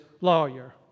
lawyer